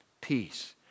peace